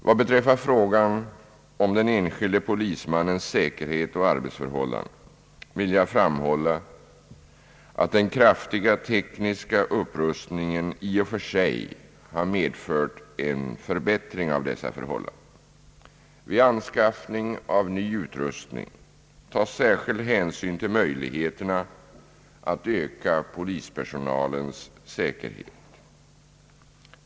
Vad beträffar frågan om den enskilde polismannens säkerhet och arbetsförhållanden vill jag framhålla att den kraftiga tekniska upprustningen i och för sig har medfört en förbättring av dessa förhållanden. Vid anskaffning av ny utrustning tas särskild hänsyn till möjligheterna att öka polispersonalens säkerhet.